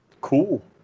Cool